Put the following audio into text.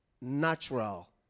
natural